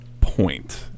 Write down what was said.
point